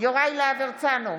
יוראי להב הרצנו,